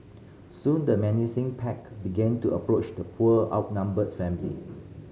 soon the menacing pack began to approach the poor outnumbered family